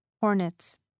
hornets